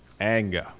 anger